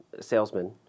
salesman